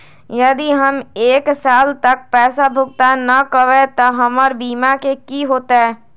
यदि हम एक साल तक पैसा भुगतान न कवै त हमर बीमा के की होतै?